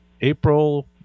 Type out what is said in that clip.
April